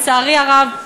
לצערי הרב,